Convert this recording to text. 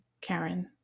Karen